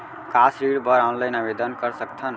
का ऋण बर ऑनलाइन आवेदन कर सकथन?